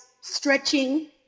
stretching